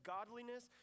Godliness